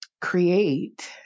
create